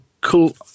cool